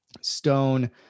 Stone